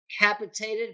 capitated